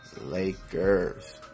Lakers